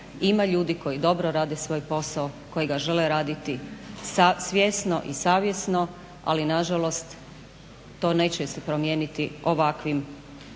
ima ljudi koji dobro rade svoj posao koji ga žele raditi svjesno i savjesno ali nažalost to se neće promijeniti ovakvim